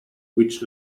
which